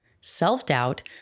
self-doubt